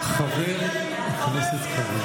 חבר הכנסת קריב.